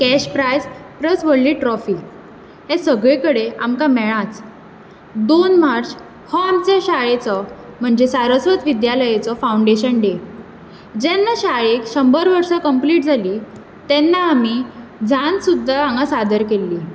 cash prize plus व्होडली trophy हे सगळे कडेन आमकां मेळ्ळांच दोन मार्च हो आमचो शाळेचो म्हणजे सारस्वत विद्यालयाचो फांवडेशन डे जेन्ना शाळेक शंबर वर्सा कम्प्लीट जाली तेन्ना आमी झांज सुद्दां हांगा सादर केल्ली